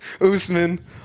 Usman